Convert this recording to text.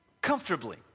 comfortably